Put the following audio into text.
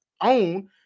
own